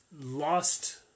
lost